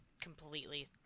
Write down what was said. completely